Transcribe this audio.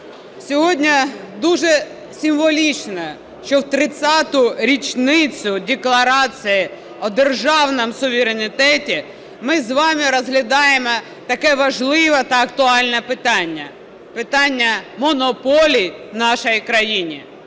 сьогодні дуже символічно, що в 30 річницю Декларації про державний суверенітет ми з вами розглядаємо таке важливе та актуальне питання – питання монополій в нашій країні.